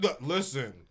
Listen